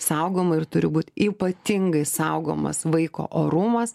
saugoma ir turi būti ypatingai saugomas vaiko orumas